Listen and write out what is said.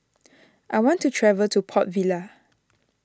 I want to travel to Port Vila